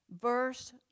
Verse